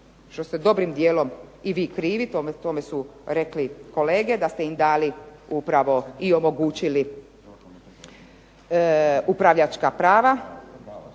što ste dobrim dijelom i vi krivi tome su rekli kolege da ste im dali i omogućili upravljačka prava,